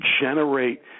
generate